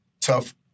tough